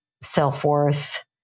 self-worth